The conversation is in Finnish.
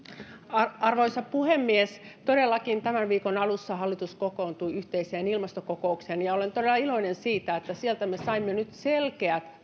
arvoisa puhemies todellakin tämän viikon alussa hallitus kokoontui yhteiseen ilmastokokoukseen ja olen todella iloinen siitä että sieltä me saimme nyt selkeät